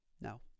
no